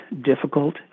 difficult